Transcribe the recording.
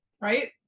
right